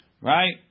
Right